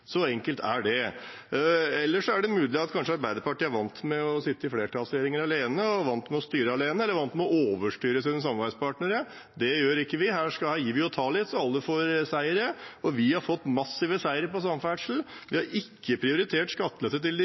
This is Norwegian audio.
Så enkelt er det. Ellers er det kanskje mulig at Arbeiderpartiet er vant med å sitte i flertallsregjeringer alene, vant med å styre alene eller vant med å overstyre sine samarbeidspartnere. Det gjør ikke vi – her gir vi litt og tar litt, så alle får seiere, og vi har fått massive seiere innenfor samferdsel. Vi har ikke prioritert skattelette til de